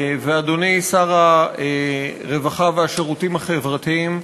ואדוני שר הרווחה והשירותים החברתיים,